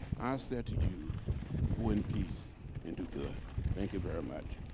said to you go in peace and do good. thank you very much.